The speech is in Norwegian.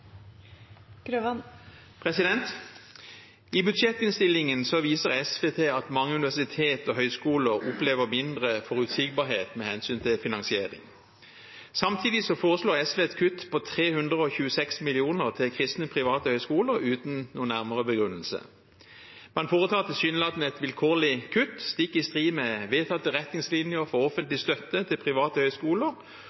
I budsjettinnstillingen viser SV til at mange universiteter og høyskoler opplever mindre forutsigbarhet med hensyn til finansiering. Samtidig foreslår SV et kutt på 326 mill. kr til kristne private høyskoler, uten noen nærmere begrunnelse. Man foretar tilsynelatende et vilkårlig kutt, stikk i strid med vedtatte retningslinjer for